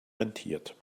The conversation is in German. rentiert